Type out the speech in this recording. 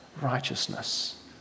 righteousness